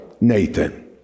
Nathan